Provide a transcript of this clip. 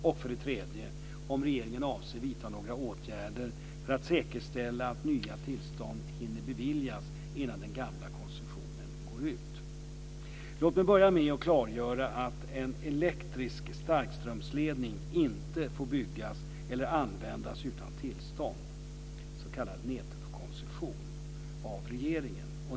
Och för det tredje har han frågat mig om regeringen avser vidta några åtgärder för att säkerställa att nya tillstånd hinner beviljas innan den gamla koncessionen går ut. Låt mig börja med att klargöra att en elektrisk starkströmsledning inte får byggas eller användas utan tillstånd, s.k. nätkoncession, av regeringen.